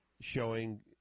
showing